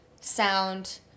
sound